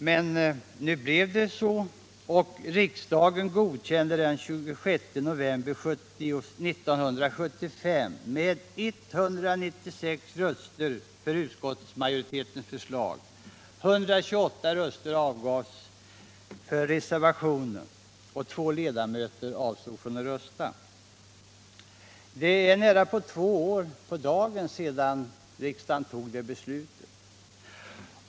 Men det blev så att riksdagen den 26 november 1975 biföll utskottsmajoritetens förslag; för detta avgavs 196 röster och för reservationen 128 röster, medan 2 ledamöter avstod från att rösta. Det är alltså nästan på dagen två år sedan riksdagen fattade beslut i ärendet.